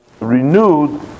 renewed